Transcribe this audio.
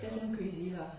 that's damn crazy lah